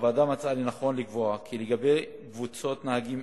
הוועדה מצאה לנכון לקבוע כי לגבי קבוצות נהגים